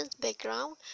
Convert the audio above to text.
background